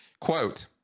Quote